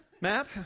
Matt